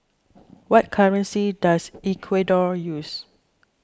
what currency does Ecuador use